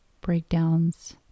breakdowns